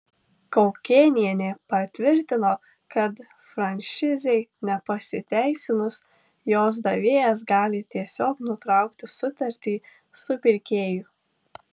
kaukėnienė patvirtino kad franšizei nepasiteisinus jos davėjas gali tiesiog nutraukti sutartį su pirkėju